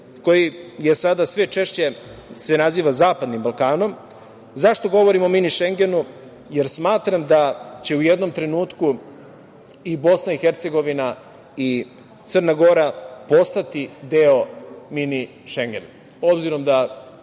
koji se sada sve češće naziva zapadnim Balkanom. Zašto govorim o Mini šengenu? Jer smatram da će u jednom trenutku i BiH i Crna Gora postati deo Mini šengena.